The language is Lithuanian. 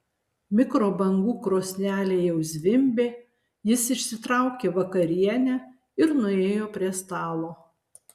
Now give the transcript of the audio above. mikrobangų krosnelė jau zvimbė jis išsitraukė vakarienę ir nuėjo prie stalo